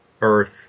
earth